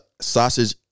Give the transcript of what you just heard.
sausage